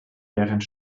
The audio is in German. während